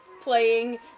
playing